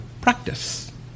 practice